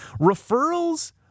referrals